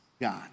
God